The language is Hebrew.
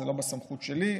זה לא בסמכות שלי,